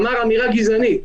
אמר אמירה גזענית,